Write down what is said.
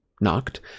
knocked